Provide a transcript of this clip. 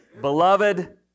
beloved